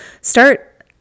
start